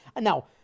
Now